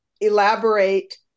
elaborate